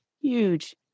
huge